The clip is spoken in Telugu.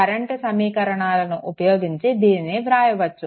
కరెంట్ సమీకరణాలు ఉపయోగించి దీనిని ఇలా వ్రాయవచ్చు